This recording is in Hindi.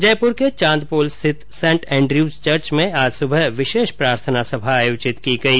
जयपुर के चांदपोल स्थित सेंट एन्ड्रयूज चर्च में आज सुबह विशेष प्रार्थनासभा आयोजित की गई